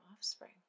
offspring